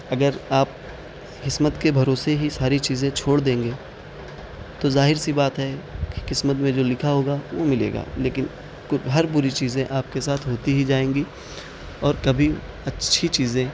اگر آپ قسمت کے بھروسے ہی ساری چیزیں چھوڑ دیں گے تو ظاہر سی بات ہے کہ قسمت میں جو لکھا ہوگا وہ ملے گا لیکن ہر بری چیزیں آپ کے ساتھ ہوتی ہی جائیں گی اور کبھی اچھی چیزیں